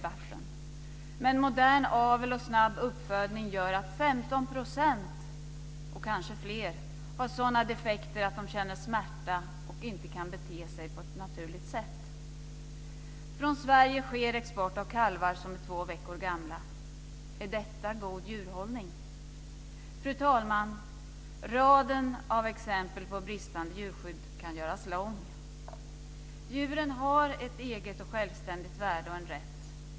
Men modern avel och snabb uppfödning gör att 15 %, kanske fler, har sådana defekter att de känner smärta och inte kan bete sig på ett naturligt sätt. Är detta god djurhållning? Fru talman! Raden av exempel på bristande djurskydd kan göras lång. Djuren har ett eget självständigt värde och en rätt.